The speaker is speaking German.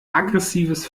aggressives